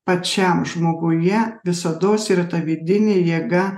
pačiam žmoguje visados yra ta vidinė jėga